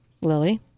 Lily